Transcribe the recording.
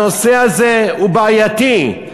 הנושא הזה הוא בעייתי,